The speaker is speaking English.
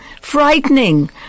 Frightening